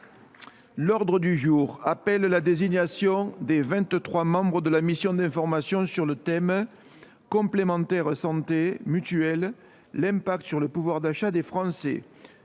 L’ordre du jour appelle la désignation des vingt trois membres de la mission d’information sur le thème :« Complémentaires santé, mutuelles : l’impact sur le pouvoir d’achat des Français.